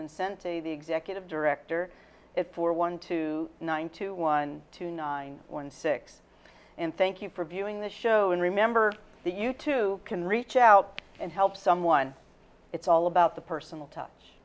to the executive director for one two one two one two nine one six and thank you for viewing the show and remember the you too can reach out and help someone it's all about the personal touch